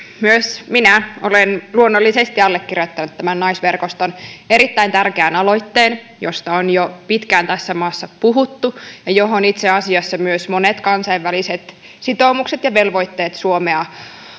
myös minä olen luonnollisesti allekirjoittanut tämän naisverkoston erittäin tärkeän aloitteen josta on jo pitkään tässä maassa puhuttu ja johon itse asiassa myös monet kansainväliset sitoumukset ja velvoitteet suomea